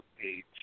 page